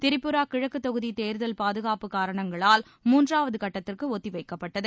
திரிபுரா கிழக்கு தொகுதி தேர்தல் பாதுகாப்பு காரணங்களால் மூன்றாவது கட்டத்திற்கு ஒத்திவைக்கப்பட்டது